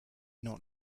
not